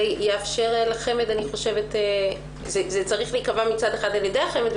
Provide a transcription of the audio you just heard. אני חושבת שזה צריך להיקבע מצד אחד על ידי החמ"ד,